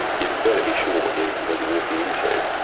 you'd better be sure what yeah what you're walking into.